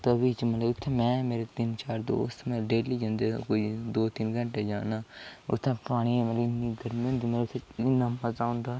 तवी च इत्थैं में ते मेरे तीन चार दोस्त ड़ेली जंदे कोइ दो तीन घैण्टै उत्थै रपानी होंदीा इन्ना मज़ा ओंदा